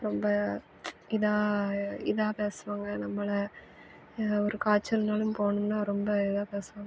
ரொம்ப இதாக இதாக பேசுவாங்க நம்பளை எதோ ஒரு காய்ச்சல்னாலும் போனோம்னா ரொம்ப இதாக பேசுவாங்க